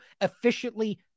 efficiently